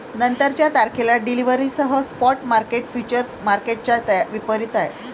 नंतरच्या तारखेला डिलिव्हरीसह स्पॉट मार्केट फ्युचर्स मार्केटच्या विपरीत आहे